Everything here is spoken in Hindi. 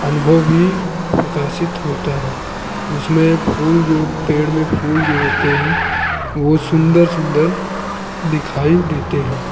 अनुभव भी प्रकाशित होता है यह उसमें फूल जो पेड़ में फूल जो होते हैं वह सुन्दर सुन्दर दिखाई देते हैं